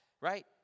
right